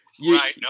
right